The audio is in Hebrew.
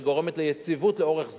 והיא גורמת יציבות לאורך זמן.